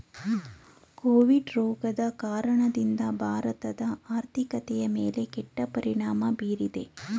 Covid ರೋಗದ ಕಾರಣದಿಂದ ಭಾರತದ ಆರ್ಥಿಕತೆಯ ಮೇಲೆ ಕೆಟ್ಟ ಪರಿಣಾಮ ಬೀರಿದೆ